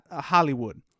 Hollywood